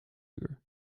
uur